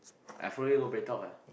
I follow you go BreadTalk ah